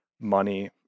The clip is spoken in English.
money